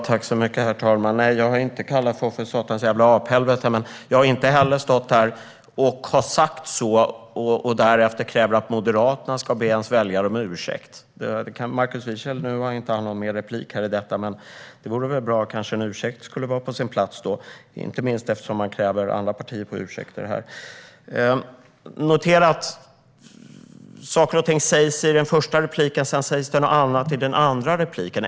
Herr talman! Nej, jag har inte kallat folk för satans jävla aphelvete. Jag har inte heller stått här och sagt så och därefter krävt att Moderaterna ska be mina väljare om ursäkt. Markus Wiechel har inte någon mer replik nu. Men en ursäkt kanske vore på sin plats, inte minst eftersom han kräver andra partier på ursäkter här. Notera att saker och ting sägs i den första repliken, sedan sägs det någonting annat i den andra repliken.